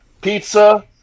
pizza